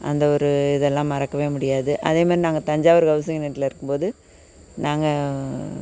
அந்த ஒரு இதெல்லாம் மறக்கவே முடியாது அதேமாதிரி நாங்கள் தஞ்சாவூர் ஹவுசிங் ரெண்ட்ல இருக்கும்போது நாங்கள்